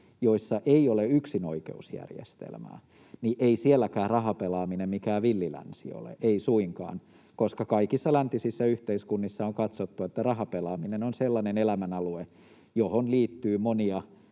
joissa ei ole yksinoikeusjärjestelmää, ei rahapelaaminen mikään villi länsi ole. Ei suinkaan, koska kaikissa läntisissä yhteiskunnissa on katsottu, että rahapelaaminen on sellainen elämänalue, johon liittyy monia